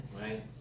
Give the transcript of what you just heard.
Right